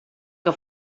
que